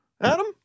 Adam